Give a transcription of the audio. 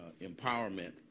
empowerment